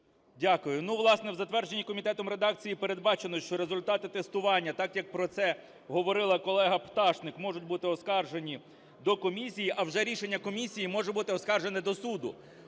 Дякую. Власне, в затвердженій комітетом редакції передбачено, що результати тестування, так, як про це говорила колега Пташник, можуть бути оскаржені до комісії, а вже рішення комісії може бути оскаржене до суду,